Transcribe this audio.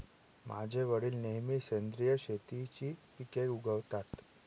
माझे वडील नेहमी सेंद्रिय शेतीची पिके उगवतात